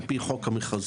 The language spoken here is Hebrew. על פי חוק המכרזים,